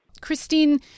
Christine